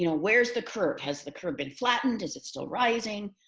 you know where is the curve? has the curve been flattened? is it still rising?